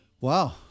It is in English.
Wow